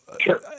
Sure